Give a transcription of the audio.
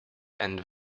and